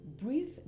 Breathe